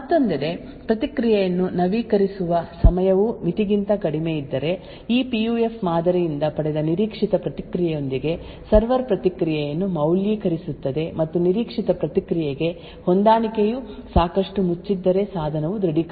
ಮತ್ತೊಂದೆಡೆ ಪ್ರತಿಕ್ರಿಯೆಯನ್ನು ನವೀಕರಿಸುವ ಸಮಯವು ಮಿತಿಗಿಂತ ಕಡಿಮೆಯಿದ್ದರೆ ಈ ಪಿಯುಎಫ್ ಮಾದರಿಯಿಂದ ಪಡೆದ ನಿರೀಕ್ಷಿತ ಪ್ರತಿಕ್ರಿಯೆಯೊಂದಿಗೆ ಸರ್ವರ್ ಪ್ರತಿಕ್ರಿಯೆಯನ್ನು ಮೌಲ್ಯೀಕರಿಸುತ್ತದೆ ಮತ್ತು ನಿರೀಕ್ಷಿತ ಪ್ರತಿಕ್ರಿಯೆಗೆ ಹೊಂದಾಣಿಕೆಯು ಸಾಕಷ್ಟು ಮುಚ್ಚಿದ್ದರೆ ಸಾಧನವು ದೃಢೀಕರಿಸಲ್ಪಡುತ್ತದೆ